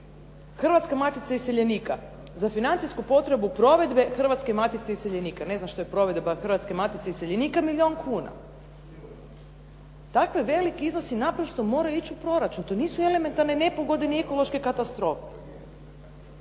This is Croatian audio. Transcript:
Hrvatska matica iseljenika. Za financijsku potrebu provedbe Hrvatske matice iseljenika. Ne znam što je provedba Hrvatske matice iseljenika, milijun kuna. Takvi veliki iznosi naprosto moraju ići u proračun. To nisu elementarne nepogode ni ekološke katastrofe.